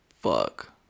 Fuck